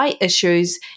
issues